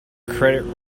credit